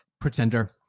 pretender